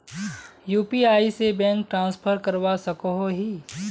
UPI से bank transfer करवा सकोहो ही?